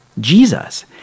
Jesus